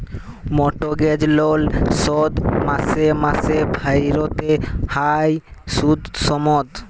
mortgage লল শোধ মাসে মাসে ভ্যইরতে হ্যয় সুদ সমেত